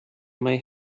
may